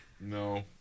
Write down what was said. No